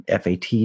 FAT